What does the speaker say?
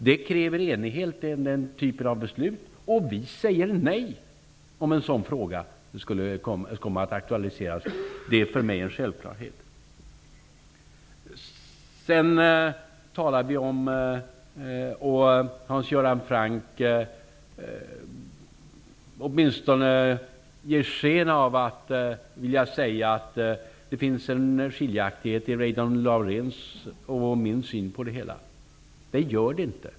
Den typen av beslut kräver enighet, och vi säger nej om en sådan fråga skulle komma att aktualiseras. Det är för mig en självklarhet. Hans Göran Franck ger sken av att vilja säga att det finns en skiljaktighet i min och Reidunn Lauréns syn på det hela. Det gör det inte.